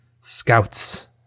scouts